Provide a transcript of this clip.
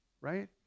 Right